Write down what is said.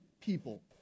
people